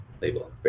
label